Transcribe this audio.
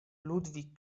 ludwig